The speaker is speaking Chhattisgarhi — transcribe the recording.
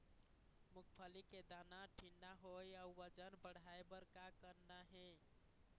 मूंगफली के दाना ठीन्ना होय अउ वजन बढ़ाय बर का करना ये?